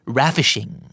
ravishing